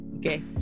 Okay